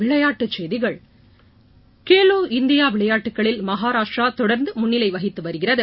விளையாட்டுச் செய்திகள் கேலோ இந்தியா விளையாட்டுகளில் மகாராஷ்டிரா தொடர்ந்து முன்னிலை வகித்து வருகிறது